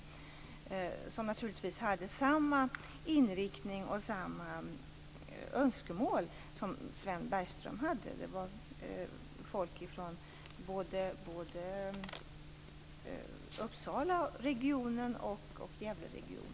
De hade naturligtvis samma inriktning och önskemål som Sven Bergström. Det var folk från både Uppsalaregionen och Gävleregionen.